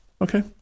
Okay